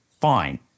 Fine